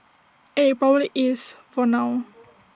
and IT probably is for now